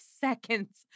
seconds